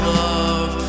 love